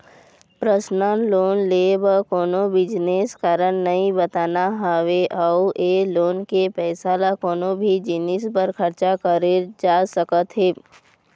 personal loan ले बर कोनो बिसेस कारन नइ बताना होवय अउ ए लोन के पइसा ल कोनो भी जिनिस बर खरचा करे जा सकत हे